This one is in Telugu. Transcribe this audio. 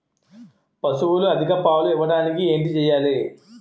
పశువులు అధిక పాలు ఇవ్వడానికి ఏంటి చేయాలి